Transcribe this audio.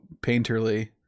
painterly